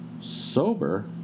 sober